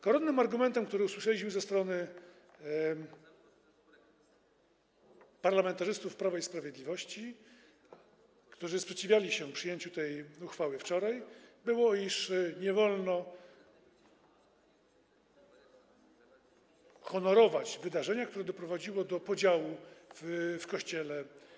Koronnym argumentem, który usłyszeliśmy ze strony parlamentarzystów Prawa i Sprawiedliwości, którzy wczoraj sprzeciwiali się przyjęciu tej uchwały, było to, iż nie wolno honorować wydarzenia, które doprowadziło do podziału w Kościele.